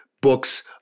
books